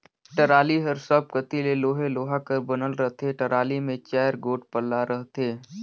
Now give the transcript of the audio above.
trolley हर सब कती ले लोहे लोहा कर बनल रहथे, टराली मे चाएर गोट पल्ला रहथे